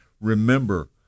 Remember